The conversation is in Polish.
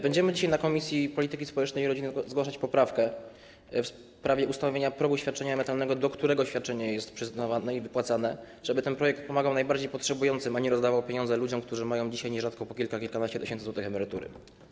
Będziemy dzisiaj na posiedzeniu Komisji Polityki Społecznej i Rodziny zgłaszać poprawkę w sprawie ustanowienia progu świadczenia emerytalnego, do którego to świadczenie jest wypłacane, żeby ten projekt pomagał najbardziej potrzebującym, a nie rozdawał pieniądze ludziom, którzy mają dzisiaj nierzadko po kilka, kilkanaście tysięcy złotych emerytury.